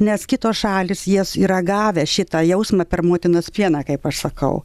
nes kitos šalys jas yra gavę šitą jausmą per motinos pieną kaip aš sakau